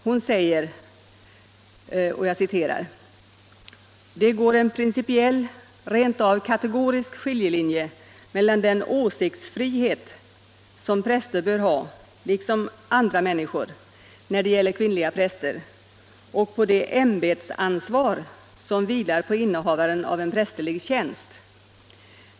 Hon säger där: ”Det går en principiell, rentav kategorisk skiljelinje mellan den åsiktsfrihet som präster bör ha — liksom andra människor — när det gäller kvinnliga präster och det ämbetsansvar som vilar på innehavaren av en prästerlig tjänst.